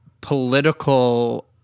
political